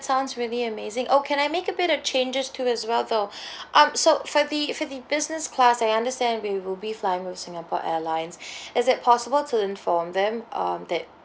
sounds really amazing oh can I make a bit of changes to as well though um so for the for the business class I understand we will be flying with Singapore Airlines is it possible to inform them um that